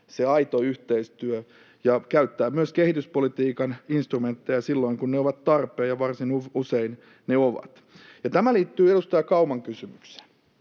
se aito yhteistyö, ja käyttää myös kehityspolitiikan instrumentteja silloin, kun ne ovat tarpeen, ja varsin usein ne ovat. Ja tämä liittyy edustaja Kauman kysymykseen: